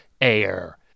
air